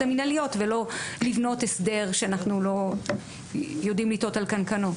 המינהליות ולא לבנות הסדר שאנחנו לא יודעים לתהות על קנקנו.